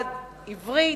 עברית,